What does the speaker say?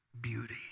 beauty